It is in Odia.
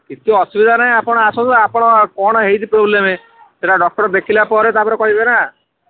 କିଛି ଅସୁବିଧା ନାହିଁ ଆପଣ ଆସନ୍ତୁ ଆପଣଙ୍କର କ'ଣ ହେଇଛି ପ୍ରୋବ୍ଲେମ୍ ସେଇଟା ଡକ୍ଟର୍ ଦେଖିଲା ପରେ ତା'ପରେ କହିବେ ନା